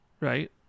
right